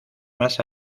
más